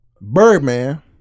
Birdman